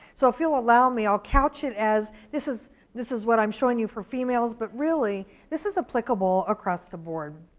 so, if you'll allow me, i'll couch it as this is this is what i'm showing you for females, but really this is applicable across the board.